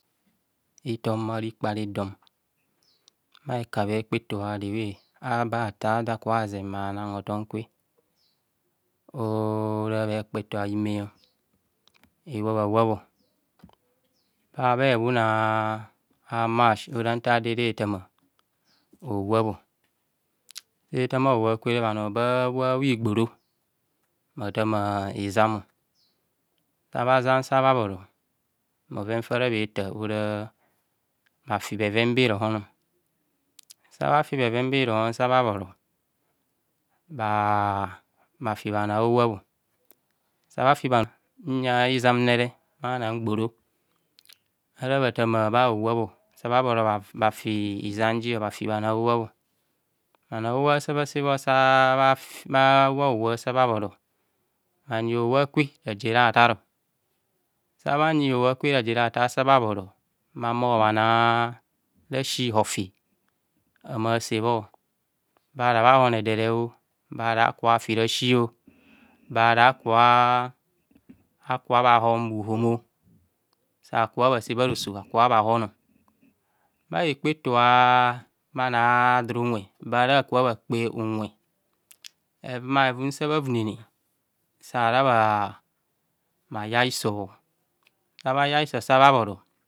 Bhekpaito haitom bharikpe ar, dom bha he ka bhe bhe kpa ito a lbheu abe asa dor aka bhazeu mma bhaneng hotom kwe so ora ekpeto a'ime ewab a wab ara bha ehun hun a’ mas ora nta ado ere tama howab setama howab kwe bhano babha wab bha mgboro atama izam zabha zam sa bha bhoro oven fa ra bheta ora bha fi bheven be vohon, sa bhafi bheven be ronon sa bhabhoro bha bhafi bhanor howab sabha fi bhano o uyeng izamne bhano mgboro ara bhata ma bha howab sa bha bhoro bhafi izanji bhafi bhano howab bhano howab sabhg se bho sa bha fi sahba wab howab sa bha bhoro bhayi howa kwe raje ra tar, sabhanyi howab kwe ratar sabha bhoro bha humor bhanoa rasi hofi bha humo bha se bho, bara bhahom edere, bara kabha fi rasi, bara kubhoa kubho bha hon bhuhom sakubho bha se bharoso bha hon bha ekpa eto a'bhano a don unwe bara ka bha kpe unwe, hevuma hevum sa bha vinene sara bha hais o sabhaiso sabha bhoro.